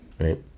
Right